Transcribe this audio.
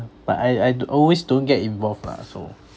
but I I always don't get involved lah so